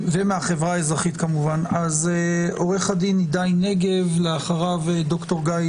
ויש כל מיני פסיקות, כאלה ואחרות, שלטעמי